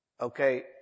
okay